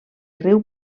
riu